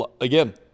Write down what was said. Again